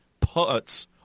putts